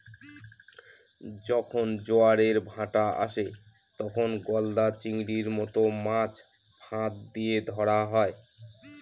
যখন জোয়ারের ভাঁটা আসে, তখন গলদা চিংড়ির মত মাছ ফাঁদ দিয়ে ধরা হয়